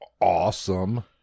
Awesome